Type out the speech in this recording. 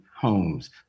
homes